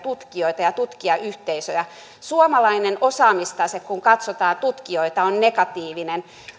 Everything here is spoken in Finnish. tutkijoita ja tutkijayhteisöjä suomalainen osaamistase kun katsotaan tutkijoita on negatiivinen